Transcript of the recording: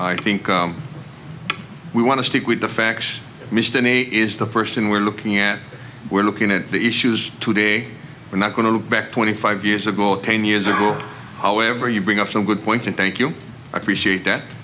i think we want to stick with the facts mr ne is the first thing we're looking at we're looking at the issues today we're not going to look back twenty five years ago ten years ago however you bring up some good points and thank you appreciate that